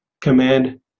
command